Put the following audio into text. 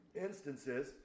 instances